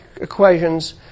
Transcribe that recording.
equations